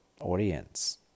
audience